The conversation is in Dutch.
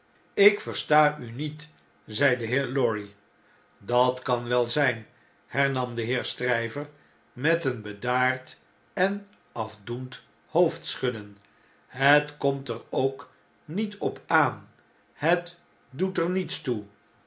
lk versta u niet zei de heer lorry dat kan wel zjjn hernam de heer stryver met een bedaard en afdoend hoofdschudden het komt er ook niet op aan het doet er niets toe